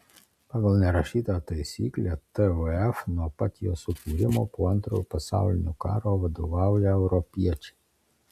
pagal nerašytą taisyklę tvf nuo pat jo sukūrimo po antrojo pasaulinio karo vadovauja europiečiai